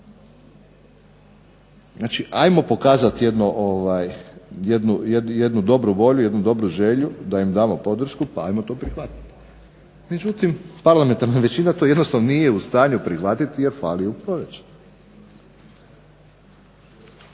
Znači ajmo pokazati jednu dobru volju, jednu dobru želju da im damo podršku pa ajmo to prihvatiti. Međutim, parlamentarna većina to jednostavno nije u stanju prihvatiti jer fali u proračunu.